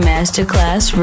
Masterclass